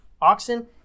oxen